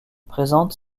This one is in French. présente